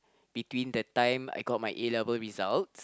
between the time I got my A-level result